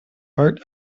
part